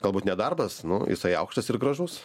galbūt nedarbas nu jisai aukštas ir gražus